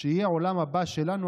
שיהיה העולם הבא שלנו,